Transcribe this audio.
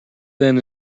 than